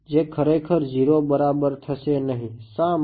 જે ખરેખર ૦ બરાબર થશે નહિ શાં માટે